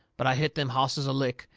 but i hit them hosses a lick,